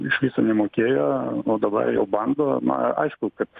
iš viso nemokėjo o dabar jau bando na aišku kad